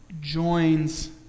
joins